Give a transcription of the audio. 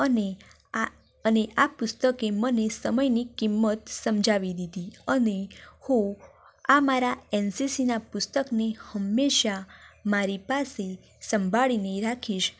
અને આ અને આ પુસ્તકે મને સમયની કિંમત સમજાવી દીધી અને હું આ મારાં એન સી સીના પુસ્તકને હંમેશા મારી પાસે સંભાળીને રાખીશ